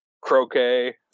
Croquet